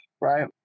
right